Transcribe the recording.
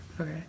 Okay